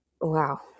wow